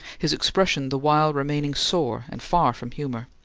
his expression the while remaining sore and far from humour.